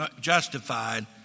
justified